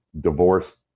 divorced